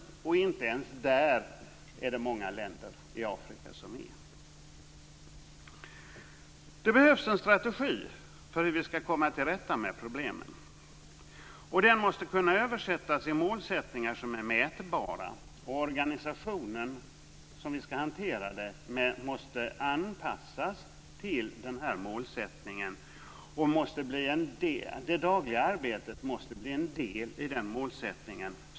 Många länder i Afrika har inte ens nått dit. Det behövs en strategi för hur vi ska komma till rätta med problemen och den måste kunna översättas i målsättningar som är mätbara. Organisationen som ska hantera det hela måste anpassas till denna målsättning. Det dagliga arbetet måste bli en del i den målsättningen.